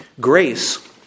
grace